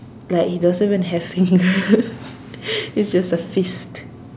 like he doesn't even have fingers it's just a fist